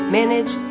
manage